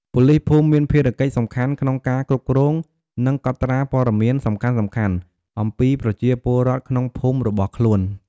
ប៉ូលីសភូមិមានភារកិច្ចសំខាន់ក្នុងការ គ្រប់គ្រង និងកត់ត្រាព័ត៌មានសំខាន់ៗ អំពីប្រជាពលរដ្ឋក្នុងភូមិរបស់ខ្លួន។